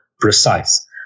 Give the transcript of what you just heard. precise